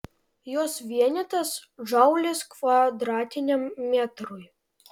jos vienetas džaulis kvadratiniam metrui